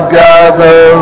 gather